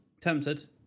Tempted